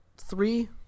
Three